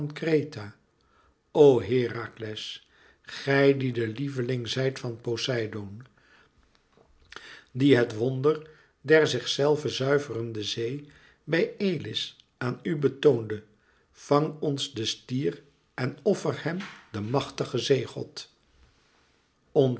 o herakles gij die de lieveling zijt van poseidoon die het wonder der zichzelve zuiverende zee bij elis aan u betoonde vang ons den stier en offer hem den machtigen zeegod